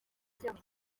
filime